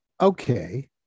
Okay